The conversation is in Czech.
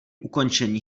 ukončení